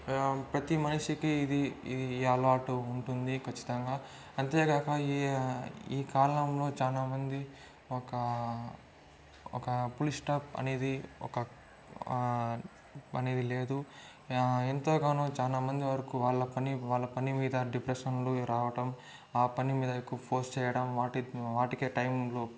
ప్రతి మనిషికి ఇది ఇది ఈ అలవాటు ఉంటుంది ఖచ్చితంగా అంతేగాక ఈ ఈ కాలంలో చాలా మంది ఒక ఒక ఫుల్ స్టాప్ అనేది ఒక అనేది లేదు ఎంతగానో చాలా మంది వరకు వాళ్ళ పని వాళ్ళ పని మీద డిప్రెషన్లోకి రావడం ఆ పని మీద ఎక్కువ ఫోర్స్ చేయడం వాటి వాటికే టైంలు